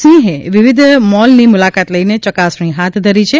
સિંહે વિવિધ મોલની મુલાકાત લઇને ચકાસણી હાથ ધરી છે